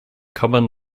common